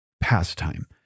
pastime